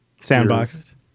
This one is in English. sandbox